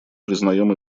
признаем